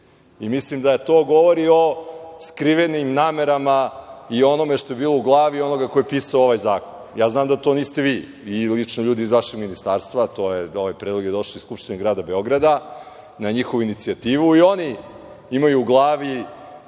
da to govori o skrivenim namerama i onome što je bilo u glavi onoga ko je pisao ovaj zakon. Znam da to niste vi i lično ljudi iz vašeg ministarstva, a ovaj predlog je došao iz Skupštine grada Beograda, na njihovu inicijativu, i oni imaju u glavi